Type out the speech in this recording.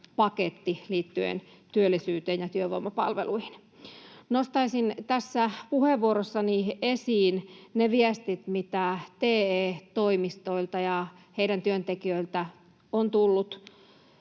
paketti liittyen työllisyyteen ja työvoimapalveluihin. Nostaisin tässä puheenvuorossani esiin ne viestit, mitä TE-toimistoilta ja heidän työntekijöiltään on tullut